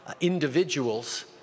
individuals